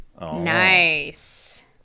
Nice